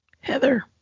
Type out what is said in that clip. Heather